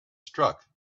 struck